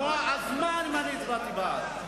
אז מה אם הצבעתי בעד?